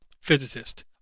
physicist